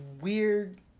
weird